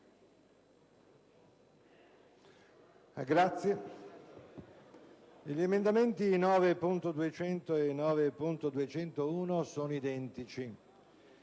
Presidente, gli emendamenti 9.200 e 9.201 sono identici.